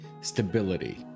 stability